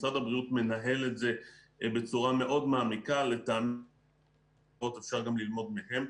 משרד הבריאות מנהל את זה בצורה מאוד מעמיקה --- אפשר גם ללמוד מהם.